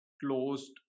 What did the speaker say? closed